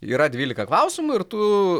yra dvylika klausimų ir tu